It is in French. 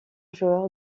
joueur